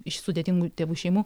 iš sudėtingų tėvų šeimų